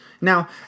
Now